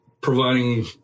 providing